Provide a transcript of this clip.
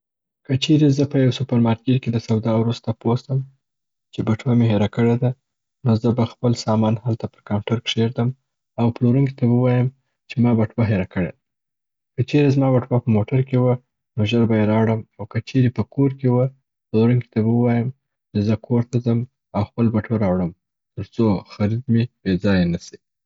که چیري زه په یو سوپرمارکیټ کي د سودا وروسته پوه سم چې بټوه مي هیره کړې ده، نو زه به خپل سامان هلته پر کاونټر کښیږدم، او پلورونکي ته به ووایم چي ما بټوه هیره کړه ده. که چیري زما بټوه په موټر کي وه، نو ژر به یې راوړم او که چیري په کور کي وه، پلورونکي ته به ووایم چې زه کور ته ځم او خپل بټوه راوړم تر څو خرید مي بې ځایه نسي.